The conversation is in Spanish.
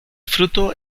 fruto